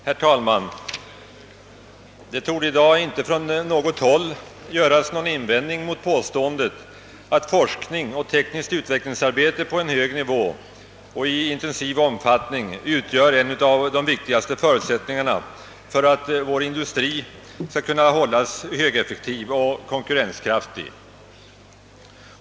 Herr talman! Det torde i dag inte från något håll resas någon invändning mot påståendet att forskning och tekniskt utvecklingsarbete på hög nivå och i intensiv omfattning utgör en av de viktigaste förutsättningarna för att vår industri skall kunna hållas högeffektiv och konkurrenskraftig.